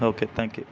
okay thank you